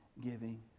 giving